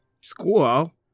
School